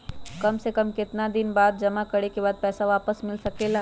काम से कम केतना दिन जमा करें बे बाद पैसा वापस मिल सकेला?